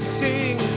sing